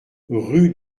rue